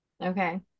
Okay